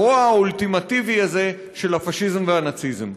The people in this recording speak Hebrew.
הרוע האולטימטיבי הזה של הפאשיזם והנאציזם.